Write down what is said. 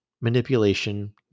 manipulation